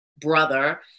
brother